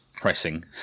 pressing